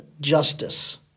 justice